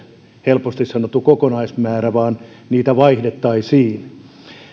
helposti sanottu kokonaismäärä vaan että niitä vaihdettaisiin